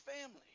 family